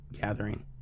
gathering